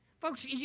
Folks